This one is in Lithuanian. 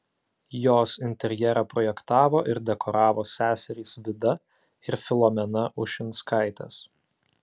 jos interjerą projektavo ir dekoravo seserys vida ir filomena ušinskaitės